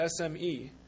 SME